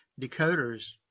decoders